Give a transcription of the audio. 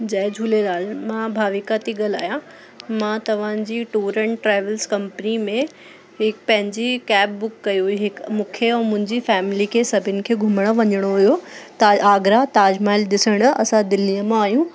जय झूलेलाल मां भाविका थी ॻाल्हायां मां तव्हांजी टूर एंड ट्रैवल्स कंपनी में हिकु पंहिंजी कैब बुक कई हुई हिकु मूंखे ऐं मुंहिंजी फैमिली खे सभिनि खे घुमणु वञिणो हुओ त आगरा ताजमहल ॾिसण असां दिल्लीअ मो आहियूं